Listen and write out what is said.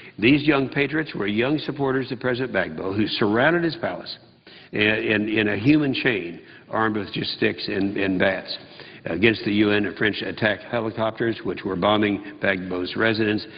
these young patrons were young supporters of president gbagbo who surrounded his palace in in a human chain armed with just sticks and bats. against the u n french attack helicopters which were bombing gbagbo's residence,